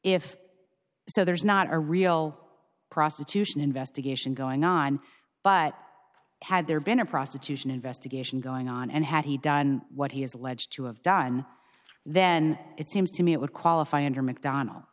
if so there's not a real prostitution investigation going on but had there been a prostitution investigation going on and had he done what he is alleged to have done then it seems to me it would qualify under mcdon